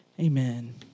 amen